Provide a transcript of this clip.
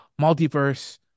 multiverse